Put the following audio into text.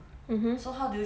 mmhmm